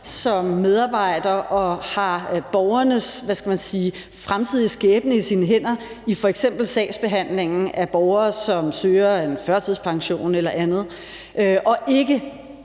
som medarbejder og har borgernes, hvad skal man sige, fremtidige skæbne i sine hænder i f.eks. sagsbehandlingen vedrørende borgere, som søger en førtidspension eller andet, og ikke